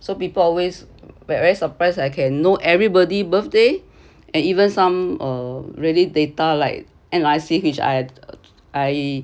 so people always will very surprised I can know everybody birthday and even some uh really data like analyst which I I